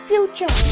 Future